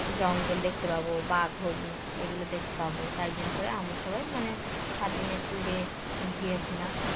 জঙ্গল দেখতে পাবো বাঘ হরিণ এগুলো দেখতে পাবো তাই জন্য করে আমরা সবাই মানে সাত দিনের ট্যুরে গিয়েছিলাম